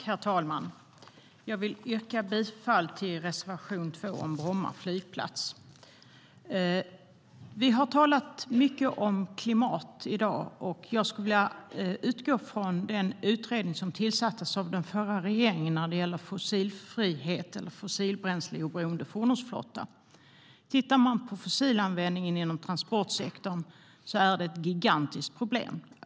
Herr talman! Jag yrkar bifall till reservation 2 om Bromma flygplats. Vi har talat mycket om klimat i dag. Jag skulle vilja utgå från den utredning som tillsattes av den förra regeringen när det gäller en fossilbränsleoberoende fordonsflotta. Om man tittar på fossilanvändningen inom transportsektorn ser man att det är ett gigantiskt problem.